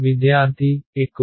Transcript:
విద్యార్థి ఎక్కువ